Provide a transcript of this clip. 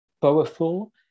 powerful